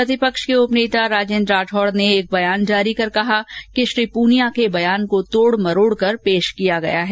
प्रतिपक्ष के उपनेता राजेन्द्र राठौड़ ने एक बयान जारी कर कहा कि श्री प्रनिया के बयान को तोड़ मरोडकर प्रस्तुत किया गया है